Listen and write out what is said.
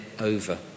over